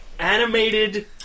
animated